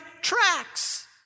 tracks